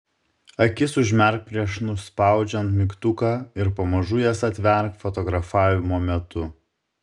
akis užmerk prieš nuspaudžiant mygtuką ir pamažu jas atverk fotografavimo metu